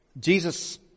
Jesus